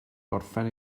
gorffen